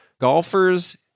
golfers